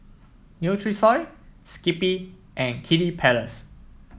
Nutrisoy Skippy and Kiddy Palace